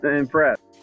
impressed